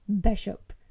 bishop